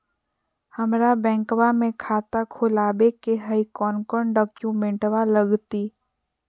हमरा बैंकवा मे खाता खोलाबे के हई कौन कौन डॉक्यूमेंटवा लगती?